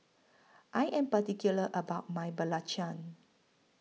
I Am particular about My Belacan